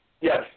Yes